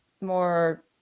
more